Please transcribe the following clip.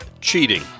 cheating